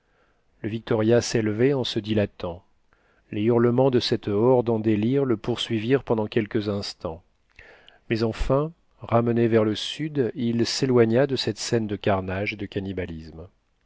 le victoria s'élevait en se dilatant les hurlements de cette horde en délire le poursuivirent pendant quelques instants mais enfin ramené vers le sud il s'éloigna de cette scène de carnage et de cannibalisme